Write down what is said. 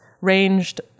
ranged